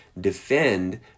defend